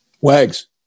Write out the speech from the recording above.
wags